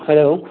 hello